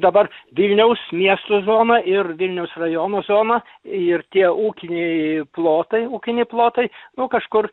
dabar vilniaus miesto zona ir vilniaus rajono zona ir tie ūkiniai plotai ūkiniai plotai nu kažkur